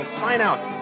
sign-out